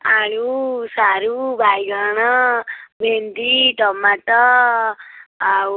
ଆଳୁ ସାରୁ ବାଇଗଣ ଭେଣ୍ଡି ଟମାଟୋ ଆଉ